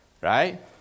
right